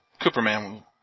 Cooperman